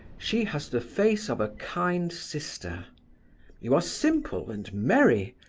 she has the face of a kind sister you are simple and merry,